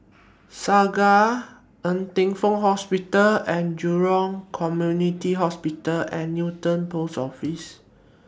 Segar Ng Teng Fong Hospital and Jurong Community Hospital and Newton Post Office